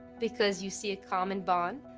because you see a common bond.